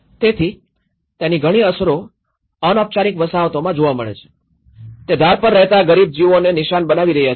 તેથી તેની ઘણી અસરો અનૌપચારિક વસાહતોમાં જોવા મળે છે તે ધાર પર રહેતા ગરીબ જીવોને નિશાન બનાવી રહ્યા છે